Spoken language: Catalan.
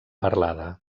parlada